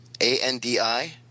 A-N-D-I